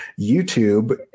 YouTube